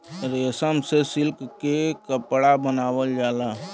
रेशम से सिल्क के कपड़ा बनावल जाला